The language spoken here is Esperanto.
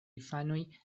infanoj